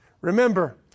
Remember